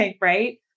right